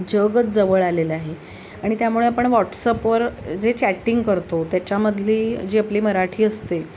जगच जवळ आलेलं आहे आणि त्यामुळे आपण व्हॉटसअपवर जे चॅटिंग करतो त्याच्यामधली जी आपली मराठी असते